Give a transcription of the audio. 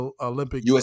Olympic